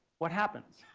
what happens?